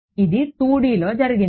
ఇది 2డిలో జరిగింది